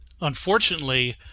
unfortunately